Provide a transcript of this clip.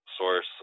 source